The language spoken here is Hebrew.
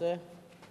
אני